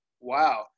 Wow